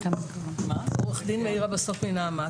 עו"ד מאירה בסוק מנעמת.